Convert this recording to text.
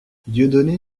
dieudonné